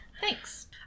Thanks